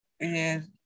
Yes